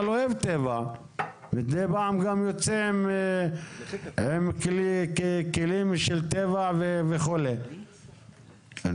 אבל אוהב טבע ומדי פעם יוצא עם כלים של טבע וכו' ואז